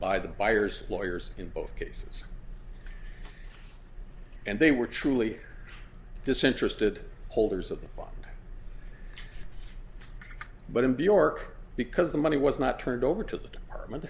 by the buyers lawyers in both cases and they were truly disinterested holders of the fund but in bjrk because the money was not turned over to the department